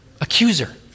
Accuser